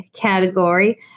category